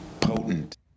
potent